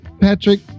Patrick